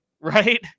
right